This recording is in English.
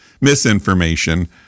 misinformation